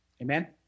Amen